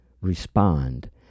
respond